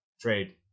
trade